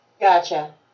Gotcha